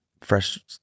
Fresh